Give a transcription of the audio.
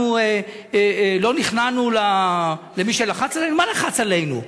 אנחנו לא נכנענו למי שלחץ עלינו?